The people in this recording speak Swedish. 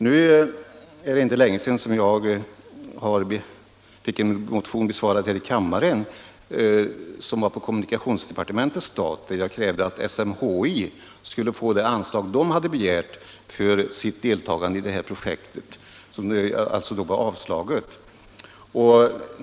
Nu är det inte länge sedan jag här i riksdagen fick en motion besvarad som gällde kommunikationsdepartementets stat. Jag krävde att SMHI skulle få det anslag som man hade begärt för sitt deltagande i projektet och som då hade vägrats.